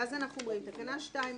ואז אנחנו אומרים: תקנה 2(א)